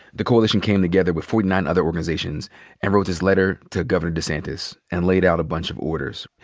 the coalition came together with forty nine other organizations and wrote this letter to governor desantis and laid out a bunch of orders.